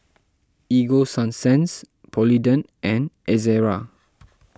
Ego Sunsense Polident and Ezerra